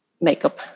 makeup